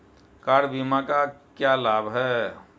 Car बीमा का क्या लाभ है?